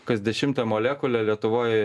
kas dešimtą molekulę lietuvoj